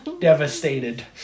devastated